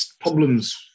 problems